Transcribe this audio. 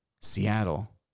Seattle